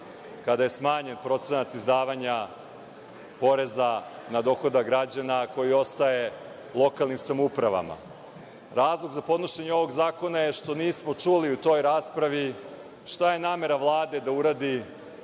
kada je smanjen procenat izdavanja poreza na dohodak građana koji ostaje lokalnim samoupravama. Razlog za podnošenje ovog zakona je što nismo čuli u toj raspravi šta je namera Vlade da uradi